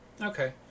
Okay